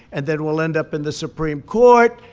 and then we'll end up in the supreme court.